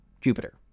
Jupiter